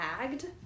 tagged